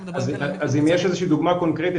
אז אם יש איזושהי דוגמא קונקרטית,